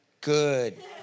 Good